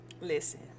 Listen